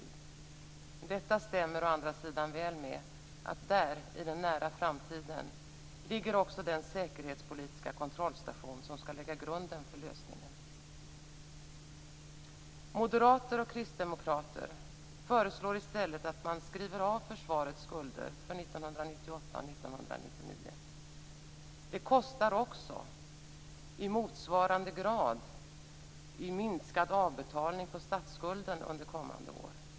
Men detta stämmer å andra sidan väl med att där, i den nära framtiden, ligger också den säkerhetspolitiska kontrollstation som skall lägga grunden för lösningen. Moderater och kristdemokrater föreslår i stället att man skriver av försvarets skulder för 1998 och 1999. Det kostar också i motsvarande grad i minskad avbetalning på statsskulden under kommande år.